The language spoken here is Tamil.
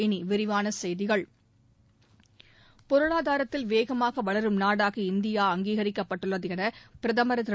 இனி விரிவான செய்திகள் பொருளாதாரத்தில் வேகமாக வளரும் நாடாக இந்தியா அங்கீகரிக்கப்பட்டுள்ளது என பிரதமர் திரு